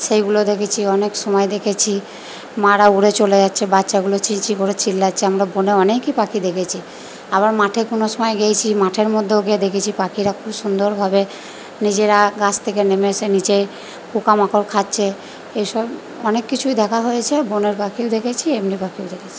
সেইগুলো দেখেছি অনেক সময় দেখেছি মারা উড়ে চলে যাচ্ছে বাচ্চাগুলো চিঁ চিঁ করে চিল্লাচ্ছে আমরা বনে অনেকই পাখি দেখেছি আবার মাঠে কোনো সময় গেয়েছি মাঠের মধ্যেও গিয়ে দেখেছি পাখিরা খুব সুন্দরভাবে নিজেরা গাছ থেকে নেমে এসে নিচে পোকা মাকড় খাচ্ছে এই সব অনেক কিছুই দেখা হয়েছে বনের পাখিও দেখেছি এমনি পাখিও দেখেছি